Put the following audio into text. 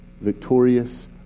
victorious